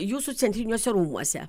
jūsų centriniuose rūmuose